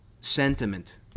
sentiment